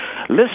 listen